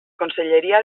conselleria